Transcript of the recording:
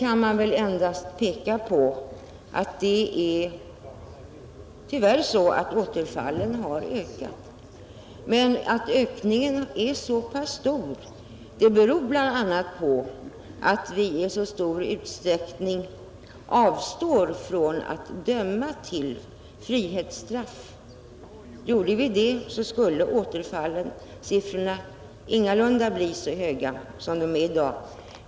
Återfallen har tyvärr ökat, men att ökningen är så pass stor beror bl.a. på att vi i så betydande utsträckning avstår från att döma till frihetsstraff. Annars skulle återfallssiffrorna ingalunda bli så höga som de är i dag.